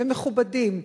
ומכובדים.